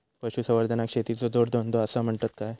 पशुसंवर्धनाक शेतीचो जोडधंदो आसा म्हणतत काय?